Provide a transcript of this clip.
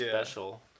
special